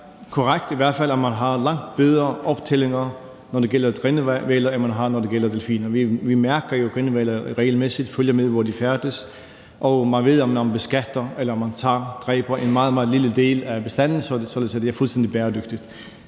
fald korrekt, at man har langt bedre optællinger, når det gælder grindehvaler, end man har, når det gælder delfiner. Vi mærker jo grindehvaler regelmæssigt og følger med i, hvor de færdes, og man ved, at når man dræber en meget, meget lille del af bestanden, er det fuldstændig bæredygtigt.